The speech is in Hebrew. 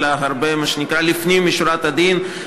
אלא מה שנקרא לפנים משורת הדין,